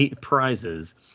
prizes